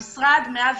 מאז